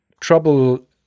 trouble